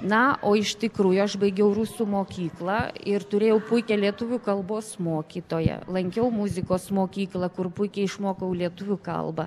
na o iš tikrųjų aš baigiau rusų mokyklą ir turėjau puikią lietuvių kalbos mokytoją lankiau muzikos mokyklą kur puikiai išmokau lietuvių kalbą